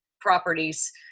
properties